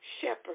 shepherd